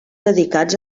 dedicats